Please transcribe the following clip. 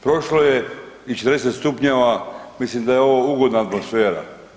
Prošlo je i 40 stupnjeva, mislim da je ovo ugodna atmosfera.